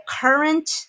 current